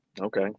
Okay